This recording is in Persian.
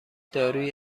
دارویی